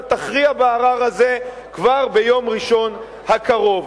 תכריע בערר הזה כבר ביום ראשון הקרוב.